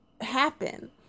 happen